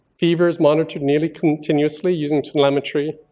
fevers monitored nearly continuously using telemetry.